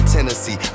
Tennessee